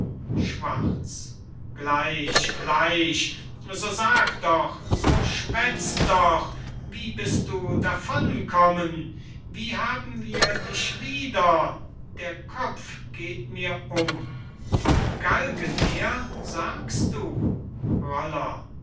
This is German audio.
schwarz gleich gleich so sag doch so schwäz doch wie bist du davon kommen wie haben wir dich wieder der kopf geht mir um vom galgen her sagst du roller